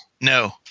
No